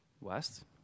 West